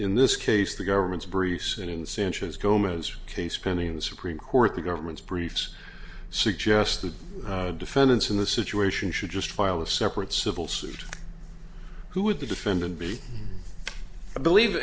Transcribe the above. in this case the government's briefs in sanchez coma's case pending in the supreme court the government's briefs suggest the defendants in the situation should just file a separate civil suit who would the defendant be i believe